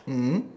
mm